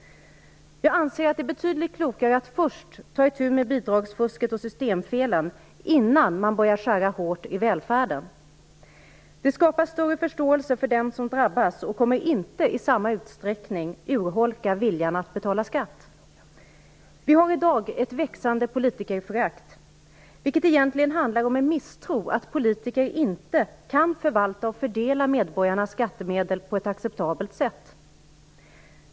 Jag anser att det är betydligt klokare att först ta itu med bidragsfusket och systemfelen innan man börjar skära hårt i välfärden. Det skapar större förståelse för dem som drabbas och kommer inte i samma utsträckning urholka viljan att betala skatt. Vi har i dag ett växande politikerförakt, vilket egentligen handlar om en misstro att politiker inte kan förvalta och fördela medborgarnas skattemedel på ett acceptabelt sätt.